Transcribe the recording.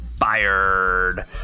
fired